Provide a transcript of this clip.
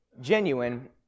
genuine